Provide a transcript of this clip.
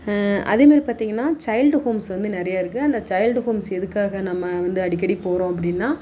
அதே மாதிரி பார்த்திங்கன்னா சைல்டு ஹோம்ஸ் வந்து நிறையா இருக்குது அந்த சைல்டு ஹோம்ஸ் எதுக்காக நம்ம வந்து அடிக்கடி போகிறோம் அப்படினா